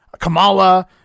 Kamala